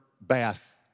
bath